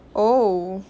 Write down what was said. oh